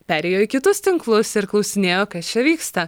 perėjo į kitus tinklus ir klausinėjo kas čia vyksta